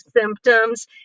symptoms